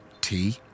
Tea